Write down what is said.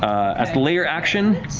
a lair action,